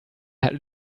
hat